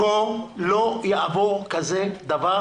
פה בוועדה לא יעבור כזה דבר.